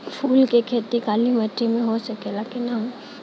फूल के खेती काली माटी में हो सकेला की ना?